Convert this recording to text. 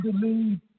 believe